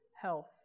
health